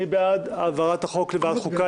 מי בעד העברת החוק לוועדת החוקה?